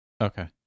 Okay